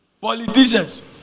politicians